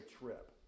trip